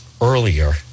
Earlier